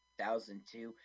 2002